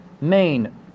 main